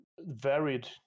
varied